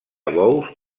bous